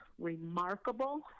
remarkable